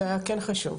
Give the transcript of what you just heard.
זה היה כן חשוב.